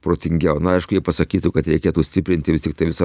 protingiau na aišku jie pasakytų kad reikėtų stiprinti vis tiktai visą